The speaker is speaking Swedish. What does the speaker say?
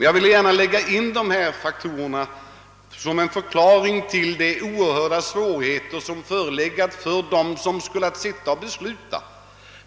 Jag har velat redogöra för detta som en förklaring till de oerhörda svårigheter som förelegat för dem som haft att besluta i :dessa frågor.